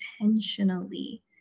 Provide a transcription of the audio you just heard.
intentionally